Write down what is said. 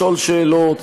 לשאול שאלות,